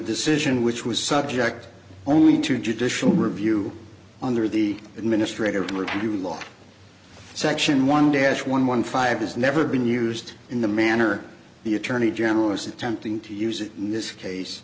decision which was subject only to judicial review under the administrator to review law section one dash one one five has never been used in the manner the attorney general was attempting to use it in this case